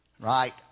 Right